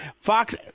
Fox